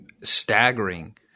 staggering